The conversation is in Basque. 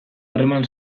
harreman